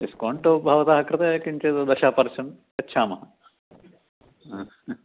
discount भवतः कृते किञ्चित् दश पर्सेण्ट् यच्छामः